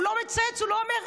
הוא לא מצייץ, הוא לא אומר.